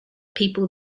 people